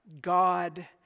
God